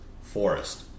Forest